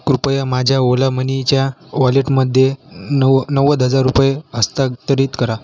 कृपया माझ्या ओला मनीच्या वॉलेटमध्ये नऊ नव्वद हजार रुपये हस्तांतरित करा